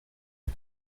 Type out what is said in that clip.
nte